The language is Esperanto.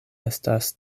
estas